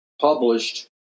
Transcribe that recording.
published